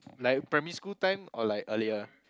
like primary school time or like earlier